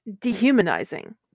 dehumanizing